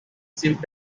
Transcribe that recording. shift